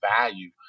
value